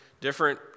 Different